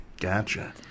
Gotcha